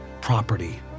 property